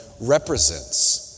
represents